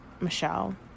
Michelle